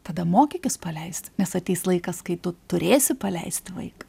tada mokykis paleist nes ateis laikas kai tu turėsi praleist vaiką